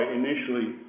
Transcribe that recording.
initially